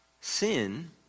sin